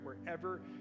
wherever